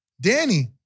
Danny